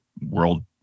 world